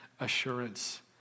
assurance